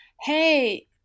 hey